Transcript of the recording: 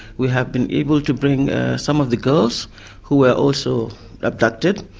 we have been able to bring some of the girls who were also abducted,